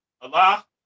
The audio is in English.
Allah